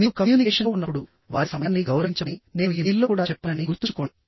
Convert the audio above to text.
మీరు కమ్యూనికేషన్లో ఉన్నప్పుడు వారి సమయాన్ని గౌరవించమని నేను ఇమెయిల్లో కూడా చెప్పానని గుర్తుంచుకోండి